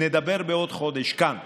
נדבר בעוד חודש כאן,